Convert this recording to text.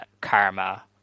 Karma